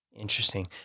interesting